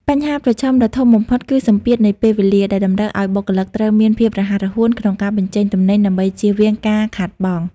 បញ្ហាប្រឈមដ៏ធំបំផុតគឺសម្ពាធនៃពេលវេលា ដែលតម្រូវឱ្យបុគ្គលិកត្រូវមានភាពរហ័សរហួនក្នុងការបញ្ចេញទំនិញដើម្បីចៀសវាងការខាតបង់។